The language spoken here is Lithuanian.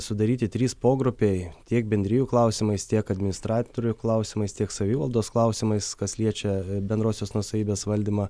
sudaryti trys pogrupiai tiek bendrijų klausimais tiek administratorių klausimais tiek savivaldos klausimais kas liečia bendrosios nuosavybės valdymą